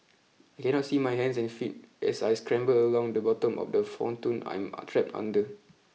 I cannot see my hands and feet as I scramble along the bottom of the pontoon I'm I'm trapped under